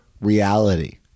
reality